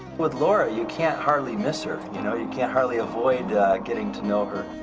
with laura you can't hardly miss her. you know, you can't hardly avoid getting to know her.